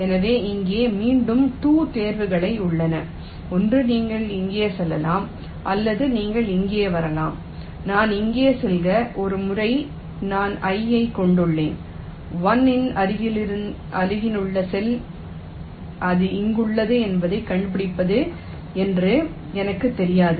எனவே இங்கே மீண்டும் 2 தேர்வுகள் உள்ளன ஒன்று நீங்கள் இங்கே செல்லலாம் அல்லது நீங்கள் இங்கே வரலாம் நான் இங்கே செல்ல ஒரு முறை நான் 1 ஐக் கொண்டுள்ளேன் 1 இன் அருகிலுள்ள செல் அது எங்குள்ளது என்பதைக் கண்டுபிடிப்பது என்று எனக்குத் தெரியும்